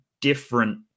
different